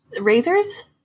Razors